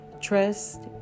trust